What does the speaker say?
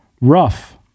rough